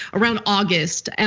around august. and